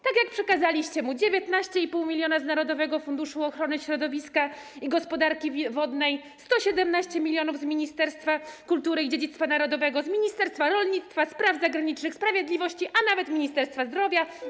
Tak jak przekazaliście mu 19,5 mln z Narodowego Funduszu Ochrony Środowiska i Gospodarki Wodnej, 117 mln z Ministerstwa Kultury i Dziedzictwa Narodowego, z ministerstwa rolnictwa, Ministerstwa Spraw Zagranicznych, Ministerstwa Sprawiedliwości, a nawet Ministerstwa Zdrowia.